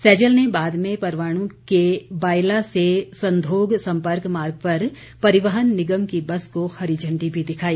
सैजल ने बाद में परवाणु के बायला से संधोग संपर्क मार्ग पर परिवहन निगम की बस को हरी झण्डी भी दिखाई